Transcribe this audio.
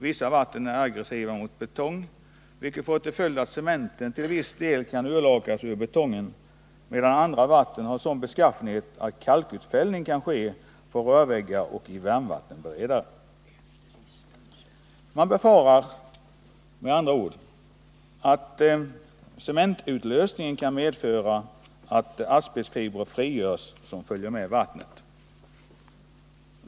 Vissa vatten är aggressiva mot betong, vilket får till följd att cementen till viss del kan urlakas ur betongen, medan andra vatten har sådan beskaffenhet att kalkutfällning kan ske på rörväggar och i varmvattenberedare. Man befarar att cementutlösningen kan medföra att asbestfiber frigörs och följer med vattnet.